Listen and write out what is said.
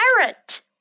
carrot